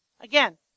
Again